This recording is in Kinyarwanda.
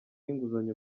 inguzanyo